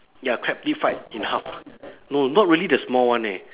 ya crab deep fried in half no not really the small one eh